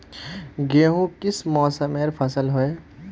गेहूँ किस मौसमेर फसल होय?